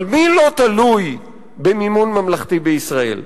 אבל מי לא תלוי במימון ממלכתי בישראל?